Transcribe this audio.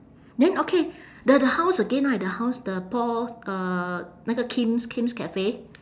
then okay the the house again right the house the paul's uh 那个 kim's kim's cafe